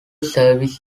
service